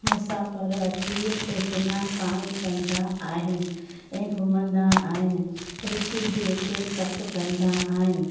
मुसाफ़िर अची हुते सनानु पाणी कंदा आहिनि ऐं घुमंदा आहिनि ॠषि बि हुते तप कंदा आहिनि